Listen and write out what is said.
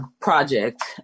project